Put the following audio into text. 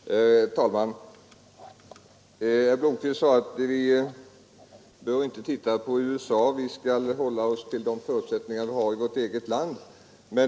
Herr talman! Herr Blomkvist sade att vi inte behöver se på USA utan att vi skall hålla oss till de förutsättningar vi har i vårt eget land.